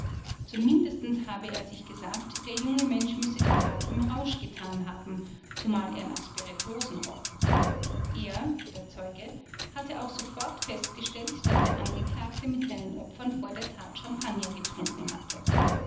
mindesten habe er sich gesagt der junge mensch müsse die tat im rausch getan haben zumal er nach spirituosen roch er zeuge hatte auch sofort festgestellt daß der angeklagte mit seinen opfern vor der tat champagner getrunken hatte